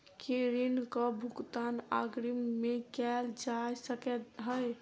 की ऋण कऽ भुगतान अग्रिम मे कैल जा सकै हय?